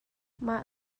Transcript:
mah